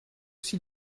s’il